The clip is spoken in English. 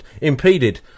impeded